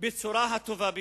בצורה הטובה ביותר.